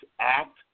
Act